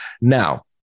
Now